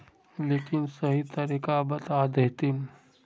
लेकिन सही तरीका बता देतहिन?